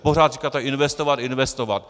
Pořád říkáte investovat, investovat.